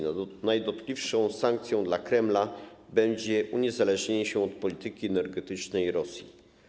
Najdotkliwszą sankcją dla Kremla będzie uniezależnienie się od polityki energetycznej Rosji.